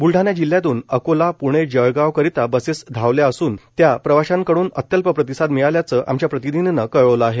ब्लढाणा जिल्ह्यातून अकोला प्णे जळगाव करिता बसेस धावल्या असून त्यास प्रवाश्यांकडून अत्यल्प प्रतिसाद मिळाल्याच आमच्या प्रतींनिधीन कळवल आहे